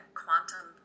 quantum